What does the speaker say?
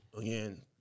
again